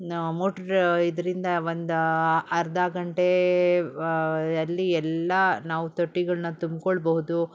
motor ಇದರಿಂದ ಒಂದು ಅರ್ಧ ಗಂಟೆ ಅಲ್ಲಿ ಎಲ್ಲ ನಾವು ತೊಟ್ಟಿಗಳನ್ನ ತುಂಬಿಕೊಳ್ಬಹುದು